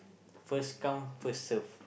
first come first serve